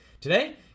today